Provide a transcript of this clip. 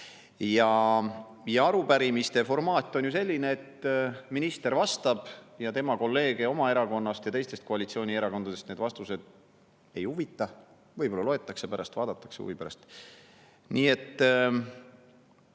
Arupärimiste formaat on ju selline, et minister vastab, aga tema kolleege tema erakonnast ja teistest koalitsioonierakondadest need vastused ei huvita. Võib-olla loetakse, pärast vaadatakse huvi pärast. Nii et